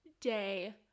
day